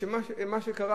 מה קרה,